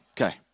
Okay